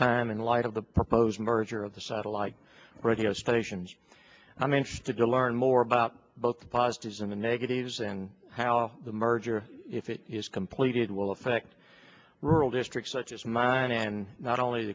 time in light of the proposed merger of the satellite radio stations i'm interested to learn more about both positives in the negatives and how the merger if it is completed will affect rural districts such as mine and not only